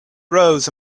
rose